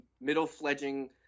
middle-fledging